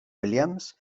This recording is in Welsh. williams